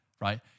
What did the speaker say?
right